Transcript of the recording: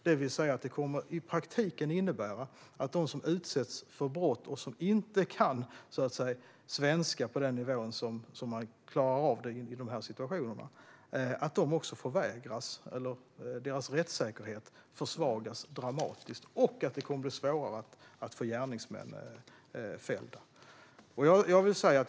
Det skulle i praktiken innebära att rättssäkerheten dramatiskt försvagas för dem som utsätts för brott och som inte kan svenska på en sådan nivå att de klarar av situationer som dessa. Det kommer dessutom att bli svårare att få en gärningsman fälld.